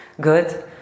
good